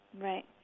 Right